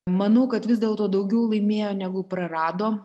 manau kad vis dėlto daugiau laimėjo negu prarado